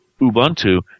Ubuntu